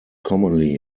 commonly